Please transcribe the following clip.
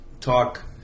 talk